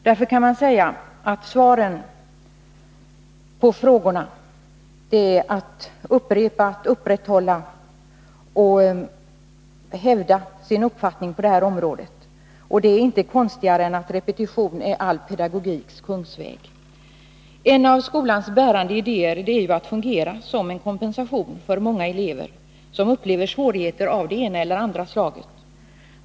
Därför kan man säga att svaren på frågorna är att upprepa, att upprätthålla och att hävda sin uppfattning på det här området. Det är inte konstigare än att repetition är all pedagogiks kungsväg. En av skolans bärande idéer är ju att fungera som kompensation för många elever som upplever svårigheter av det ena eller det andra slaget.